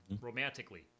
romantically